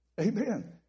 Amen